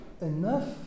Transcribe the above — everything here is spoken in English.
Enough